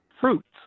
fruits